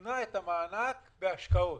התנה את המענק בהשקעות.